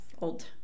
old